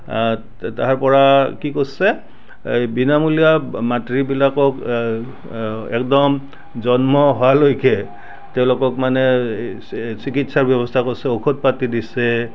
তাৰ পৰা কি কৰিছে এই বিনামূলীয়া মাতৃবিলাকক এ এই একদম জন্ম হোৱালৈকে তেওঁলোকক মানে চিকিৎসাৰ ব্যৱস্থা কৰিছে ঔষধ পাতি দিছে